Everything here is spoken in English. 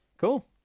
cool